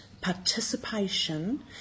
participation